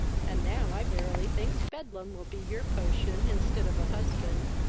and now i verily thinks bedlam will be your potion instead of a husband.